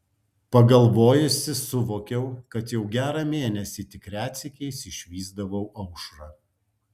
pagalvojusi suvokiau kad jau gerą mėnesį tik retsykiais išvysdavau aušrą